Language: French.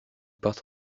partent